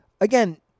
Again